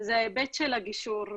זה ההיבט של הגישור.